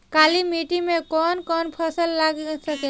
काली मिट्टी मे कौन कौन फसल लाग सकेला?